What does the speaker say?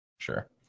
Sure